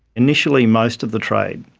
initially most of the trade,